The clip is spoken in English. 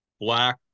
black